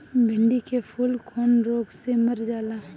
भिन्डी के फूल कौने रोग से मर जाला?